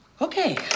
Okay